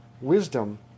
wisdom